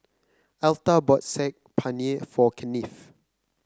Elta bought Saag Paneer for Kennith